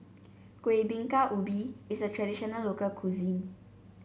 Kuih Bingka Ubi is a traditional local cuisine